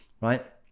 right